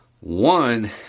One